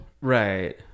Right